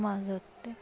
মাঝরাতে